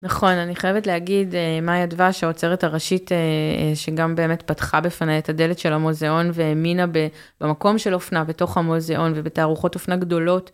נכון, אני חייבת להגיד, מאיה דבש, האוצרת הראשית, שגם באמת פתחה בפניי את הדלת של המוזיאון, והאמינה במקום של אופנה, בתוך המוזיאון, ובתערוכות אופנה גדולות.